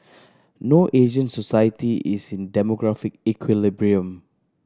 no Asian society is in demographic equilibrium